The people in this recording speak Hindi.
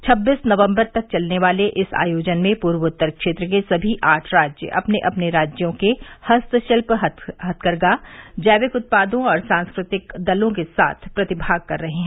छब्बीस नवम्बर तक चलने वाले इस आयोजन में पूर्वोत्तर क्षेत्र के सभी आठ राज्य अपने अपने राज्यों के हस्तशिल्प हथकरघा जैविक उत्पादों और सांस्कृतिक दलों के साथ प्रतिभाग कर रहे हैं